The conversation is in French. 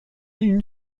une